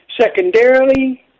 secondarily